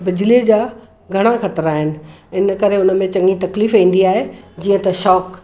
बिजली जा घणो ख़तरा आहिनि इन करे उन में चङी तकलीफ़ ईंदी आहे जीअं त शॉक